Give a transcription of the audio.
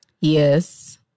Yes